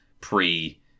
pre